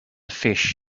fish